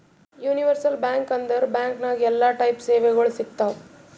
universal bank ಅಂದುರ್ bank ನಾಗ್ ಎಲ್ಲಾ ಟೈಪ್ ಸೇವೆಗೊಳ್ ಸಿಗ್ತಾವ್